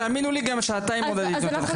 תאמינו לי שגם עוד שעתיים הייתי נותן לכם.